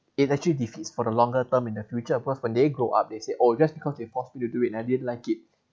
it actually defeats for the longer term in the future cause when they grow up they say oh just because they forced me to do it and I didn't like it